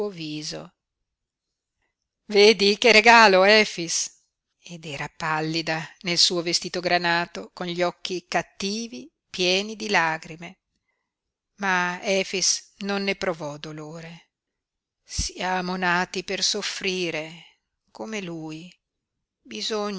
viso vedi che regalo efix ed era pallida nel suo vestito granato con gli occhi cattivi pieni di lagrime ma efix non ne provò dolore siamo nati per soffrire come lui bisogna